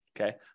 Okay